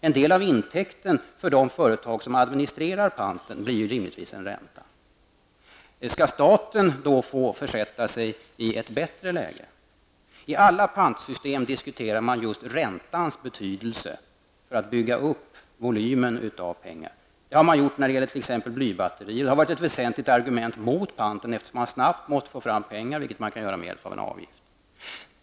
En del av intäkten för de företag som administrerar panten blir rimligtvis en ränta. Skall staten få försätta sig i ett bättre läge? I alla pantsystem diskuterar man just räntans betydelse för att bygga upp volymen av pengar. Det har man gjort i fråga om blybatterier. Det har varit ett väsentligt argument mot panten, eftersom man snabbt måste få fram pengar, vilket man kan få med en avgift.